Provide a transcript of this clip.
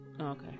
okay